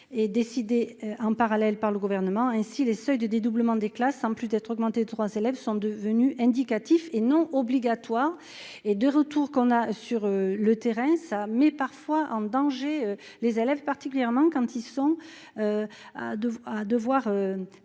et décidé en parallèle par le gouvernement, ainsi les seuils de dédoublement des classes, en plus d'être augmenté 3 élèves sont devenus indique. Et non obligatoire, est de retour, qu'on a sur le terrain, ça met parfois en danger les élèves particulièrement quand ils sont. à deux